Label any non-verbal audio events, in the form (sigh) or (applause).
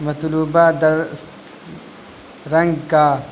مطلوبہ (unintelligible) رنگ کا